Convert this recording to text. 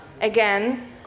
again